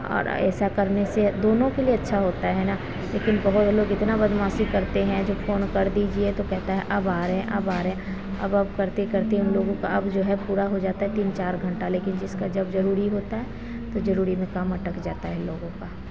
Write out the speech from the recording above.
और ऐसा करने से दोनों के लिए अच्छा होता है ना लेकिन वह लोग इतनी बदमाशी करते हैं जब फ़ोन कर दीजिए तो कहते हैं अब आ रहे हैं अब आ रहे हैं अब अब करते करते उनलोगों का अब जो है पूरा हो जाता है तीन चार घन्टा लेकिन जिसका जब ज़रूरी होता है तो ज़रूरी में काम अटक जाता है लोगों का